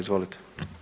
Izvolite.